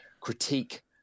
critique